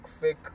fake